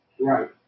Right